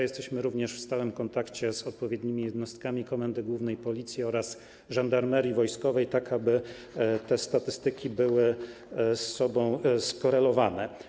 Jesteśmy również w stałym kontakcie z odpowiednimi jednostkami Komendy Głównej Policji oraz Żandarmerii Wojskowej, tak aby te statystyki były ze sobą skorelowane.